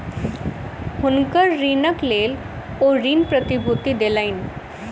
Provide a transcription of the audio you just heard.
हुनकर ऋणक लेल ओ ऋण प्रतिभूति देलैन